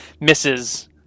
Misses